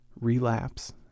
relapse